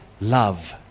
love